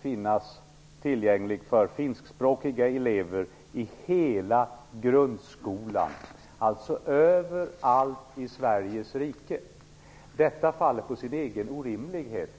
finnas tillgängligt för finskspråkiga elever i hela grundskolan, alltså överallt i Sveriges rike. Detta faller på sin egen orimlighet.